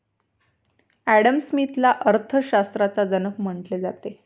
Adam स्मिथला अर्थ शास्त्राचा जनक म्हटले जाते